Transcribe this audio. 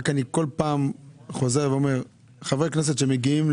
אני כל פעם חוזר ואומר מה רואים חברי כנסת שמגיעים